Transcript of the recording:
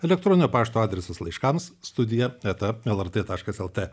elektroninio pašto adresas laiškams studija eta lrt lt